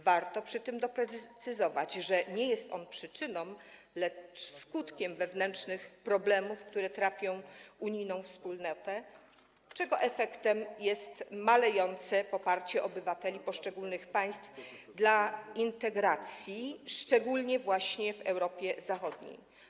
Warto przy tym doprecyzować, że nie jest on przyczyną, lecz skutkiem wewnętrznych problemów, które trapią unijną wspólnotę, czego efektem jest malejące poparcie obywateli poszczególnych państw dla integracji, szczególnie właśnie w Europie Zachodniej.